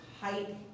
height